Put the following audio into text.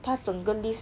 他整个 list